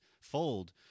fold